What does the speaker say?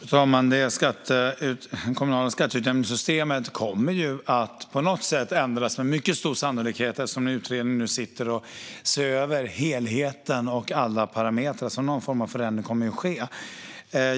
Fru talman! Det kommunala skatteutjämningssystemet kommer med mycket stor sannolikhet att ändras på något sätt eftersom utredningen just nu ser över helheten och alla parametrar. Någon form av förändring kommer alltså att ske.